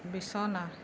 বিছনা